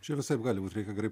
čia visaip gali būt reikia gerai